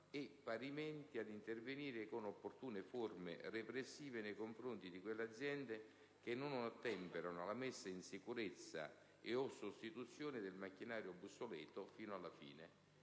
e parimenti ad intervenire con opportune forme repressive nei confronti di quelle aziende che non ottemperano alla messa in sicurezza e/o sostituzione del macchinario obsoleto, che non